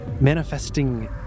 manifesting